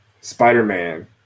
Spider-Man